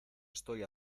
estoy